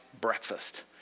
breakfast